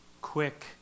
quick